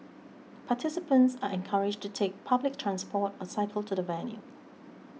participants are encouraged to take public transport or cycle to the venue